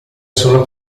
solo